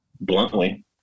bluntly